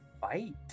fight